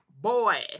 Boy